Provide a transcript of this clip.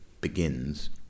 begins